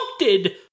puncted